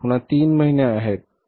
पुन्हा तीन महिने आहेत